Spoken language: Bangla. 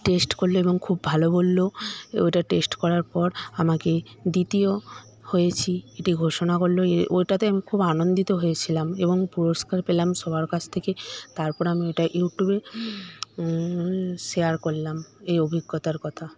টেস্ট করল এবং খুব ভালো বলল ওইটা টেস্ট করার পর আমাকে দ্বিতীয় হয়েছি এটি ঘোষণা করল এ ওইটাতে আমি খুব আনন্দিত হয়েছিলাম এবং পুরস্কার পেলাম সবার কাছ থেকে তারপর আমি এটা ইউটিউবে শেয়ার করলাম এই অভিজ্ঞতার কথা